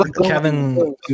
Kevin